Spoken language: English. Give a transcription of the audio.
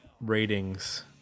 ratings